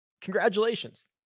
Congratulations